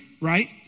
right